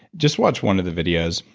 just watch one of the videos.